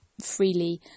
freely